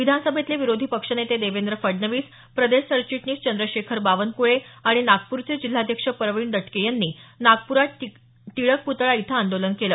विधानसभेतले विरोधी पक्षनेते देवेंद्र फडणवीस प्रदेश सरचिटणीस चंद्रशेखर बावनकुळे आणि नागपूरचे जिल्हाध्यक्ष प्रवीण दटके यांनी नागप्रात टिळक पुतळा इथं आंदोलन केलं